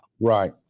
Right